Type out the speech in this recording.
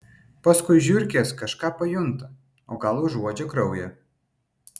paskui žiurkės kažką pajunta o gal užuodžia kraują